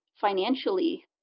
financially